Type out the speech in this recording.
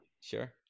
Sure